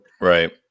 Right